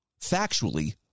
factually